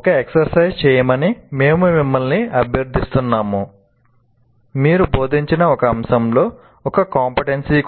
ఒక ఎక్సర్సైజ్ చేయమని మేము మిమ్మల్ని అభ్యర్థిస్తున్నాము మీరు బోధించిన ఒక అంశంలో ఒక కంపెటెన్సీ